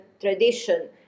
tradition